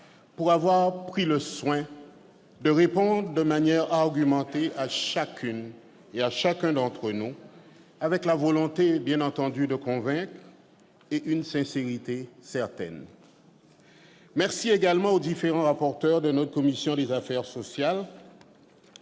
Vous avez pris le soin de répondre de manière argumentée à chacune et à chacun d'entre nous, avec la volonté, bien entendu, de convaincre et une sincérité certaine. Nous remercions également les différents rapporteurs de notre commission des affaires sociales.